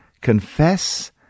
Confess